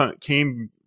came